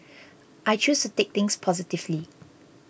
I choose to take things positively